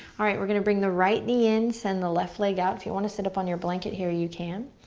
alright, we're gonna bring the right knee in, send the left leg out. if you want to sit up on your blanket here, you can.